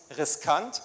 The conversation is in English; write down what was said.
riskant